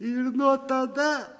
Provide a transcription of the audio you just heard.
ir nuo tada